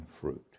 fruit